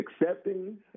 accepting